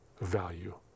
value